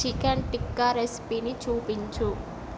chicken tikka రెసిపీని చూపించు